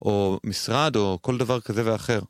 או משרד, או כל דבר כזה ואחר.